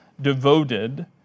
devoted